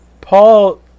Paul